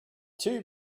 too